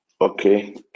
okay